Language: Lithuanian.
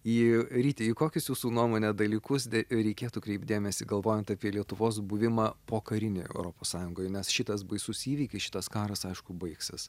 į ryti į kokius jūsų nuomone dalykus reikėtų kreipt dėmesį galvojant apie lietuvos buvimą pokarinėj europos sąjungoj nes šitas baisus įvykis šitas karas aišku baigsis